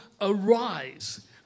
Arise